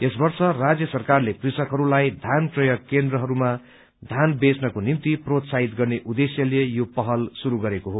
यस वर्ष राज्य सरकारले कृषकहरूलाई धान क्रय केन्द्रमा धान बेच्नको निम्ति प्रोत्साहित गर्ने उद्देश्यले यो पहल शुरू गरेको हो